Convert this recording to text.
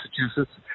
Massachusetts